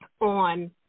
On